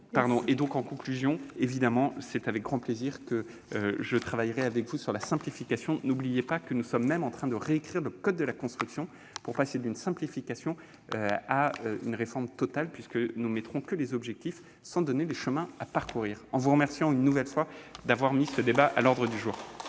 je dirai que c'est évidemment avec grand plaisir que je travaillerai avec vous sur la simplification. N'oubliez pas que nous sommes même en en train de réécrire le code de la construction pour passer d'une simplification à une réforme totale, puisque nous ne mettrons que les objectifs, sans donner les chemins à parcourir. Je vous remercie une nouvelle fois d'avoir mis ce débat à l'ordre du jour.